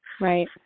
Right